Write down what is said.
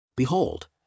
Behold